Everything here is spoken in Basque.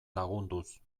lagunduz